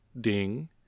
ding